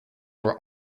were